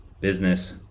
Business